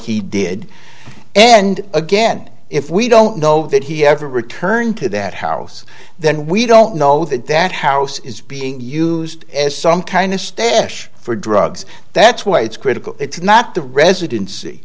he did and again if we don't know that he ever returned to that house then we don't know that that house is being used as some kind of stash for drugs that's why it's critical it's not the residency